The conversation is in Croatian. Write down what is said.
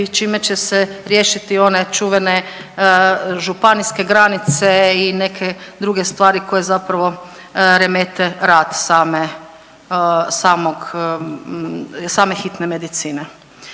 čime će se riješiti one čuvene županijske granice i neke druge stvari koje zapravo remete rad same, samog, same hitne medicine.